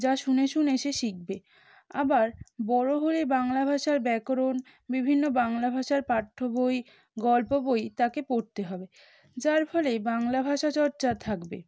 যা শুনে শুনে সে শিখবে আবার বড় হলে বাংলা ভাষার ব্যাকরণ বিভিন্ন বাংলা ভাষার পাঠ্য বই গল্প বই তাকে পড়তে হবে যার ফলেই বাংলা ভাষা চর্চা থাকবে